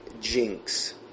jinx